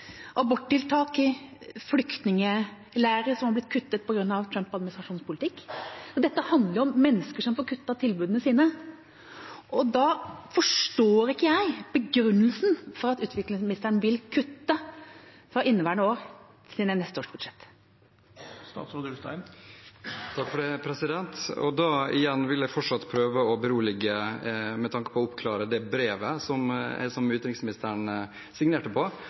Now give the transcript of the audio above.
aborttiltak i flyktningleirer som er blitt kuttet på grunn av Trump-administrasjonens politikk. Dette handler om mennesker som får kuttet tilbudene sine, og da forstår ikke jeg begrunnelsen for at utviklingsministeren vil kutte fra inneværende år til neste års budsjett. Da vil jeg igjen prøve å berolige representanten med tanke på å oppklare det brevet som utenriksministeren signerte på,